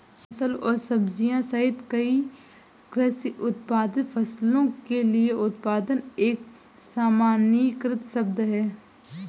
फल और सब्जियां सहित कई कृषि उत्पादित फसलों के लिए उत्पादन एक सामान्यीकृत शब्द है